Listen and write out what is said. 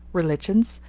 religions,